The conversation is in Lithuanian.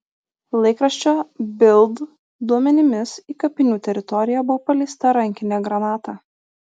laikraščio bild duomenimis į kapinių teritoriją buvo paleista rankinė granata